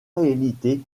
réalité